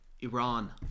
Iran